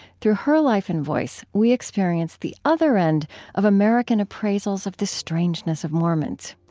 through her life and voice, we experience the other end of american appraisals of the strangeness of mormons.